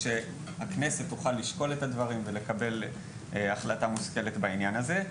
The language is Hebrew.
שהכנסת תוכל לשקול את הדברים ולקבל החלטה מושכלת בעניין הזה.